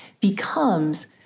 becomes